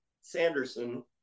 Sanderson